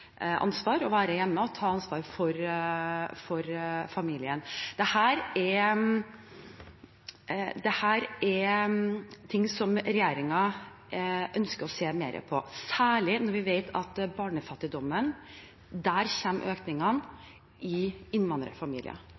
å være hjemme og ta ansvar for familien? Dette er ting som regjeringen ønsker å se mer på, særlig når vi vet at det er i innvandrerfamilier barnefattigdommen